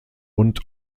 und